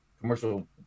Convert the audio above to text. commercial